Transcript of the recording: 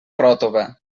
ròtova